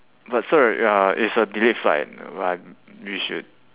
but sir uh it's a delayed flight uh but we should